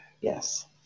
yes